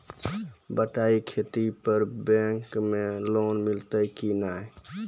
बटाई खेती पर बैंक मे लोन मिलतै कि नैय?